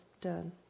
done